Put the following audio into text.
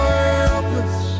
helpless